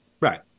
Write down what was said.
Right